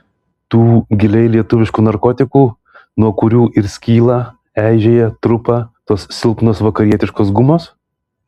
tų giliai lietuviškų narkotikų nuo kurių ir skyla eižėja trupa tos silpnos vakarietiškos gumos